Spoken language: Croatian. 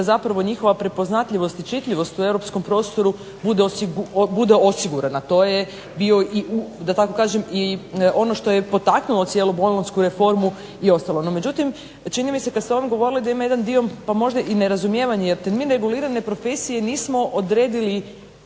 i da njhova prepoznatljivost i čitljivost u europskom prostoru bude i osigurana. To je bio i ono što je potaknulo cijelu bolonjsku reformu i ostalo. No, međutim čini mi se kada se o ovom govorili da ima jedan dio pa možda i nerazumijevanje, jer mi te regulirane profesije nismo odredili